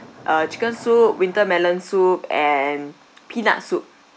uh chicken soup winter melon soup and peanut soup